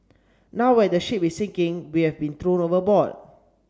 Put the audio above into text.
now when the ship is sinking we have been thrown overboard